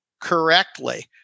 correctly